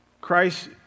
Christ